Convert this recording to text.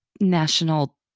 national